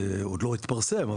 הוא עוד לא התפרסם,